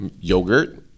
yogurt